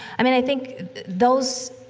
i mean, i think those,